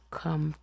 come